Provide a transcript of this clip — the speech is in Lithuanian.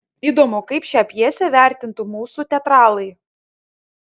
įdomu kaip šią pjesę vertintų mūsų teatralai